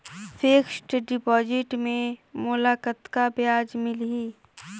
Fixed deposit मे मोला कतका ब्याज मिलही?